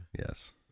Yes